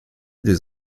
des